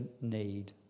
need